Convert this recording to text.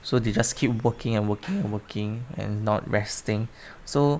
so they just keep working and working and working and not resting so